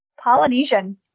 Polynesian